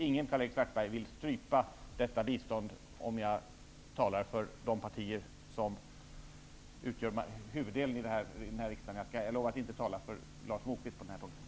Ingen, Karl-Erik Svartberg, vill strypa detta bistånd. Jag talar för de partier som utgör huvuddelen i riksdagen. Jag lovar att jag inte talar för Lars Moquists parti på den punkten.